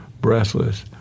Breathless